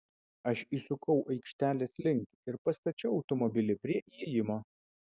aš įsukau aikštelės link ir pastačiau automobilį prie įėjimo